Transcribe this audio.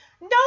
No